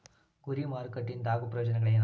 ಗುರಿ ಮಾರಕಟ್ಟೆ ಇಂದ ಆಗೋ ಪ್ರಯೋಜನಗಳೇನ